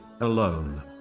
alone